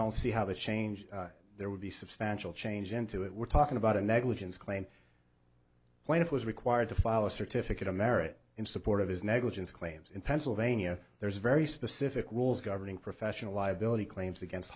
don't see how the change there would be substantial change into it we're talking about a negligence claim plaintiff was required to file a certificate of merit in support of his negligence claims in pennsylvania there is a very specific rules governing professional liability claims against